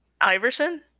Iverson